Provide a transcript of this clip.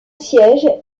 siège